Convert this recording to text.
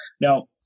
Now